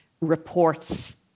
reports